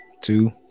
two